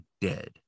dead